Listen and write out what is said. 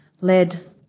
led